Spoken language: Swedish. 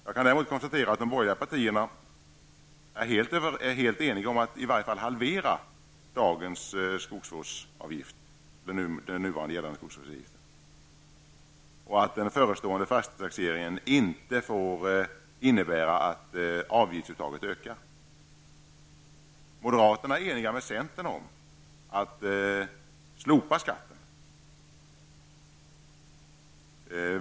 Jag kan däremot konstatera att de borgerliga partierna är helt eniga om att i varje fall halvera den nu gällande skogsvårdsavgiften och att den förestående fastighetstaxeringen inte får innebära att avgiftsuttaget ökar. Moderaterna är eniga med centern om att slopa skatten.